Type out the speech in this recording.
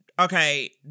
okay